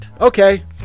Okay